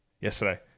yesterday